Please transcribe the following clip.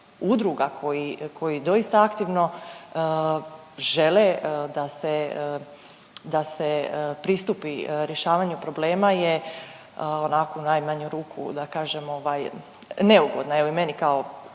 koji doista aktivno žele da se, da se pristupi rješavanju problema je onako u najmanju ruku da kažem ovaj neugodna evo i meni kao